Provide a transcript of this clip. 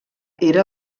era